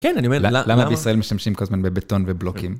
כן, אני אומר, למה בישראל משמשים כל הזמן בבטון ובלוקים?